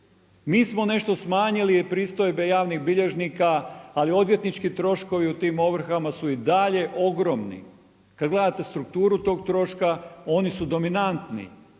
Mi smo nešto smanjili pristojbe javnih bilježnika, ali odvjetnički troškovi u tim ovrhama su i dalje ogromni. Kada gledate strukturu tog troška oni su dominantni,